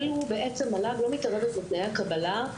מל"ג לא מתערבת בתנאי הקבלה,